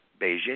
Beijing